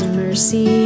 mercy